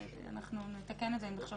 ואנחנו נתקן את זה אם נחשוב